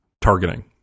targeting